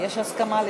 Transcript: יש הסכמה.